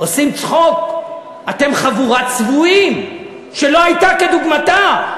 עושים צחוק, אתם חבורת צבועים שלא הייתה כדוגמתה.